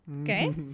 okay